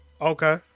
okay